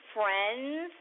friends